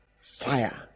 fire